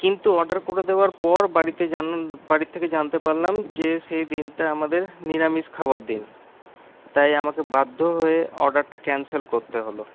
কিন্তু অর্ডার করে দেওয়ার পর বাড়িতে জানলাম বাড়ি থেকে জানতে পারলাম যে সেই দিনটা আমাদের নিরামিষ খাবার দিন তাই আমাকে বাধ্য হয়ে অর্ডারটা ক্যানসেল করতে হল